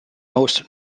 most